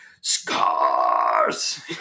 scars